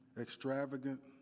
extravagant